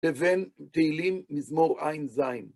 לבין תהילים מזמור עז.